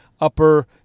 upper